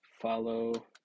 follow